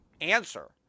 answer